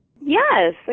Yes